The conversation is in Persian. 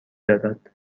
دارد